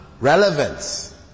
relevance